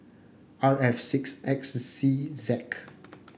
R F six X C Z